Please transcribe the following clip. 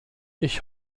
ich